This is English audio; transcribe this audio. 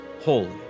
holy